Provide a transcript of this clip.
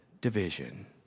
division